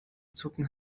zucken